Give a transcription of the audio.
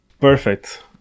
perfect